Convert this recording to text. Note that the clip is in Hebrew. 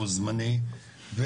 הוא זמני,